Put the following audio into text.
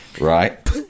Right